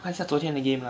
看下昨天的 game lah